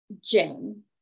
Jane